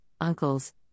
uncles